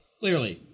clearly